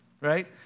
right